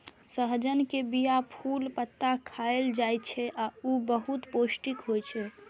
सहजन के बीया, फूल, पत्ता खाएल जाइ छै आ ऊ बहुत पौष्टिक होइ छै